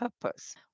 purpose